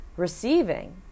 Receiving